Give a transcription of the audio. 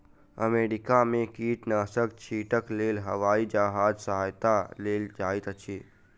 America में कीटनाशक छीटक लेल हवाई जहाजक सहायता लेल जाइत अछि